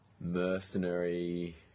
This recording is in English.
Mercenary